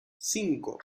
cinco